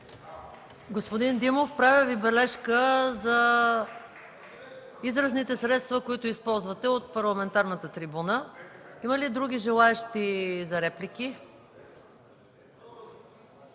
Господин Димов, правя Ви бележка за изразните средства, които използвате от парламентарната трибуна. Има ли други желаещи за реплики?